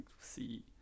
see